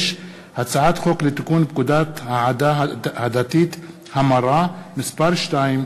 הצעת חוק לתיקון פקודת העדה הדתית (המרה) (מס' 2),